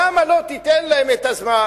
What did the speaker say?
למה לא תיתן להם את הזמן?